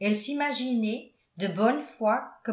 elle s'imaginait de bonne foi que